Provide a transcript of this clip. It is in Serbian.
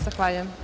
Zahvaljujem.